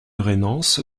rainans